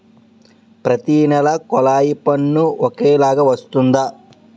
ప్రతి నెల కొల్లాయి పన్ను ఒకలాగే వస్తుందా?